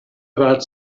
about